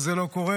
זה לא קורה.